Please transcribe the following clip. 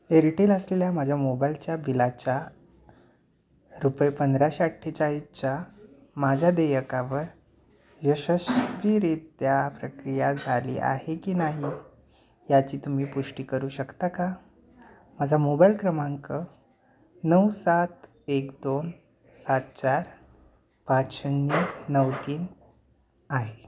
Airtel असलेल्या माझ्या मोबाईलच्या बिलाच्या रुपये पंधराशे अठ्ठेचाळीसच्या माझ्या देयकावर यशस्वीरित्या प्रक्रिया झाली आहे की नाही याची तुम्ही पुष्टी करू शकता का माझा मोबाईल क्रमांक नऊ सात एक दोन सात चार पाच शून्य नऊ तीन आहे